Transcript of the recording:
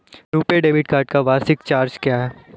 RuPay debit card का वार्षिक charge क्या है?